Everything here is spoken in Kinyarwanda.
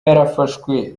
yarafashwe